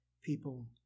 people